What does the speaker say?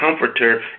Comforter